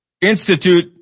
institute